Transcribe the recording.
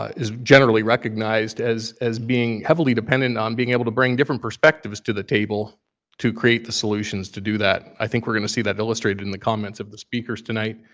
is generally recognized as as being heavily dependent on being able to bring different perspectives to the table to create the solutions to do that. i think we're going to see that illustrated in the comments of the speakers tonight.